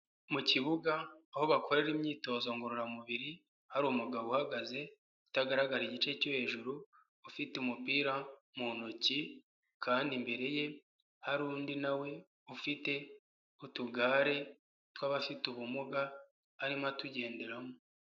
Mu kibuga aho bakorera imyitozo ngororamubiri, hari umugabo uhagaze, utagaragara igice cyo hejuru, ufite umupira mu ntoki kandi imbere ye hari undi na we ufite utugare tw'abafite ubumuga arimo atugenderamo.